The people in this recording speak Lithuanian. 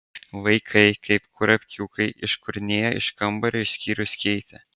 vaikai kaip kurapkiukai iškurnėjo iš kambario išskyrus keitę